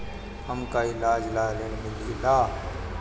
हमका ईलाज ला ऋण मिली का?